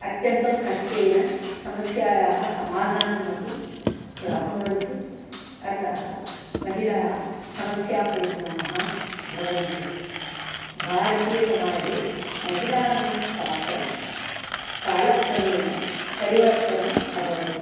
अत्यन्तं कष्टेन समस्यायाः समाधानम् अपि प्राप्नुवन्ति अर्थः महिलाः समस्यापूर्णाः भवन्ति भारतीयसमाजे महिलानां पात्रं कालक्रमेण परिवर्तनम् अभवत्